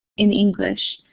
in english.